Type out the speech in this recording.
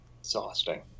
Exhausting